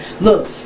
Look